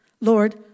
Lord